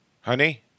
Honey